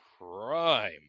prime